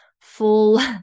full